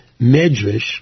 medrash